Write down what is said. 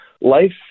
life